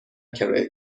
کرایه